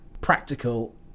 practical